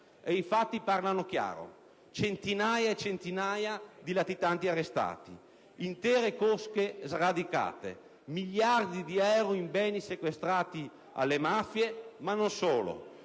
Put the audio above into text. I fatti parlano chiaro: centinaia e centinaia di latitanti arrestati, intere cosche sradicate, miliardi di euro in beni sequestrati alle mafie. Ma non solo: